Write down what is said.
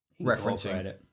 referencing